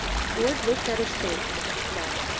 ford looked at his face and fled.